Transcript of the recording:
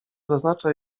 zaznacza